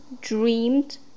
dreamed